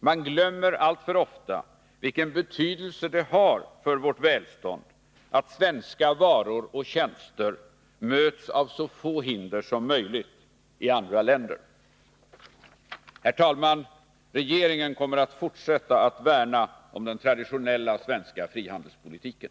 Man glömmer alltför ofta vilken betydelse det har för vårt välstånd att svenska varor och tjänster möts av så få hinder som möjligt i andra länder. Herr talman! Regeringen kommer att fortsätta att värna om den traditionella svenska frihandelspolitiken.